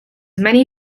many